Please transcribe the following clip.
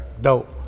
dope